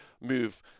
move